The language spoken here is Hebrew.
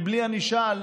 בלי ענישה,